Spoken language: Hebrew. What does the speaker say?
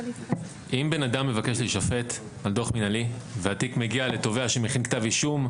אם אדם מבקש להישפט על דוח מינהלי והתיק מגיע לתובע שמכין כתב אישום,